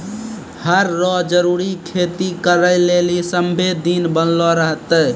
हर रो जरूरी खेती करै लेली सभ्भे दिन बनलो रहतै